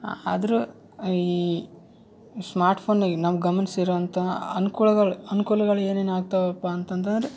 ಆದರೂ ಈ ಸ್ಮಾರ್ಟ್ ಫೋನ್ನಾಗೆ ನಮ್ಮ ಗಮನಿಸಿರುವಂಥ ಅನ್ಕುಲಗಳ್ ಅನ್ಕೂಲಗಳು ಏನೇನು ಆಗ್ತಾವಪ್ಪ ಅಂತಂತಂದ್ರೆ